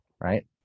right